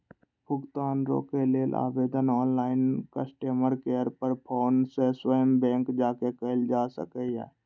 भुगतान रोकै लेल आवेदन ऑनलाइन, कस्टमर केयर पर फोन सं स्वयं बैंक जाके कैल जा सकैए